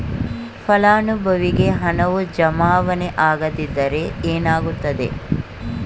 ಫಲಾನುಭವಿಗೆ ಹಣವು ಜಮಾವಣೆ ಆಗದಿದ್ದರೆ ಏನಾಗುತ್ತದೆ?